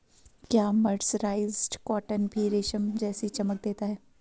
क्या mercerized cotton भी रेशम जैसी चमक देता है?